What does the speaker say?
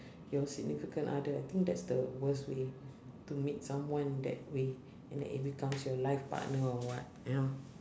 your significant other I think that's the worst way to meet someone that way and then it becomes your life partner or what you know